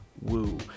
Woo